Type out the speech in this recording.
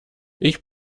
ich